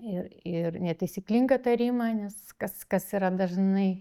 ir ir netaisyklingą tarimą nes kas kas yra dažnai